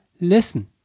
listen